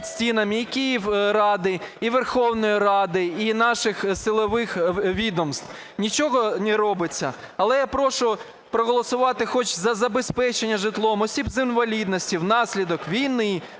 під стінами і Київради, і Верховної Ради, і наших силових відомств, нічого не робиться. Але я прошу проголосувати хоч за забезпечення житлом осіб з інвалідністю внаслідок війни,